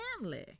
Family